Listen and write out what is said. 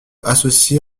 associée